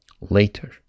later